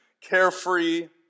carefree